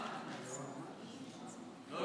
דודי,